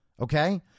okay